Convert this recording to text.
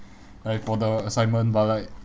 like for the assignment but like